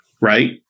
right